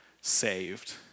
saved